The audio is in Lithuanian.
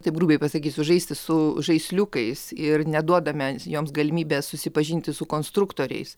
taip grubiai pasakysiu žaisti su žaisliukais ir neduodame joms galimybės susipažinti su konstruktoriais